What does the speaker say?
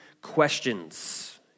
questions